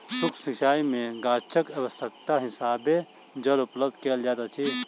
सुक्ष्म सिचाई में गाछक आवश्यकताक हिसाबें जल उपलब्ध कयल जाइत अछि